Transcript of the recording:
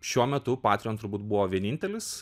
šiuo metu patrion turbūt buvo vienintelis